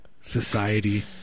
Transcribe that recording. Society